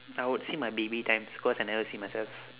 I would see my baby times cause I never see myself